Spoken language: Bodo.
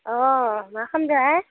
अ मा खालामदोंहाय